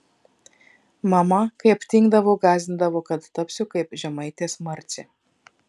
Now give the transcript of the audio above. mama kai aptingdavau gąsdindavo kad tapsiu kaip žemaitės marcė